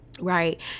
Right